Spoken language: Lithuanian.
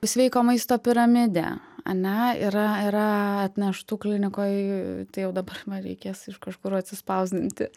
sveiko maisto piramidę ane yra yra atneštų klinikoj tai jau dabar nu reikės iš kažkur atsispausdinti